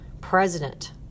President